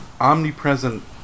omnipresent